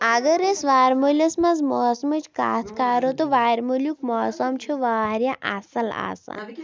اگر أسۍ وَرمٕلِس منٛز موسمٕچ کَتھ کَرو تہٕ وَرمٕلیُٚک موسم چھِ واریاہ اَصٕل آسان